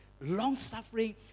long-suffering